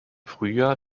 frühjahr